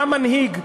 אתה מנהיג.